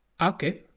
Okay